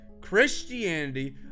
christianity